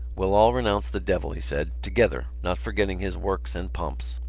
we'll all renounce the devil, he said, together, not forgetting his works and pomps.